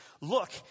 look